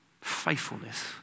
faithfulness